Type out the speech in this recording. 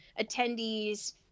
attendees